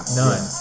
none